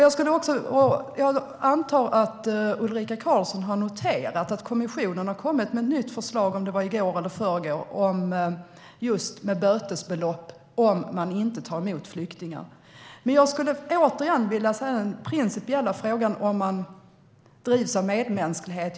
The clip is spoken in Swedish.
Jag antar att Ulrika Karlsson har noterat att kommissionen har kommit med ett nytt förslag i går eller i förrgår om bötesbelopp om man inte tar emot flyktingar. Men jag skulle återigen vilja ta upp den principiella frågan, om man drivs av medmänsklighet.